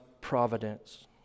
providence